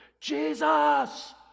Jesus